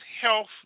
health